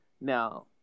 Now